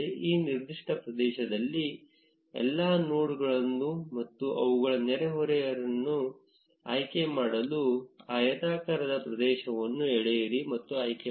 ಆ ನಿರ್ದಿಷ್ಟ ಪ್ರದೇಶದಲ್ಲಿ ಎಲ್ಲಾ ನೋಡ್ಗಳನ್ನು ಮತ್ತು ಅವುಗಳ ನೆರೆಹೊರೆಯವರನ್ನು ಆಯ್ಕೆ ಮಾಡಲು ಆಯತಾಕಾರದ ಪ್ರದೇಶವನ್ನು ಎಳೆಯಿರಿ ಮತ್ತು ಆಯ್ಕೆಮಾಡಿ